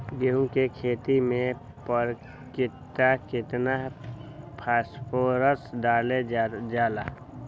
गेंहू के खेती में पर कट्ठा केतना फास्फोरस डाले जाला?